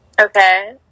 Okay